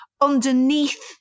underneath